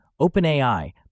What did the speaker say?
OpenAI